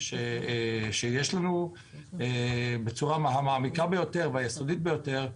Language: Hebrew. שיש לנו בצורה מעמיקה ויסודית ביותר,